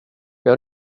jag